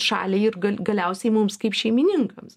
šaliai ir ga galiausiai mums kaip šeimininkams